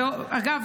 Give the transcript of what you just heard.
אגב,